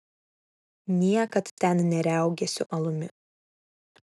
niekad ten neriaugėsiu alumi